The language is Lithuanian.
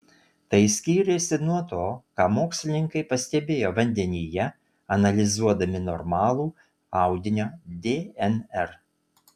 tai skyrėsi nuo to ką mokslininkai pastebėjo vandenyje analizuodami normalų audinio dnr